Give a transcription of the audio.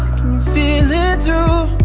feel it through?